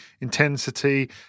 intensity